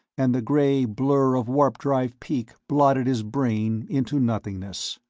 and the gray blur of warp-drive peak blotted his brain into nothingness.